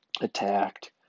attacked